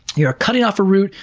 you're cutting off a root,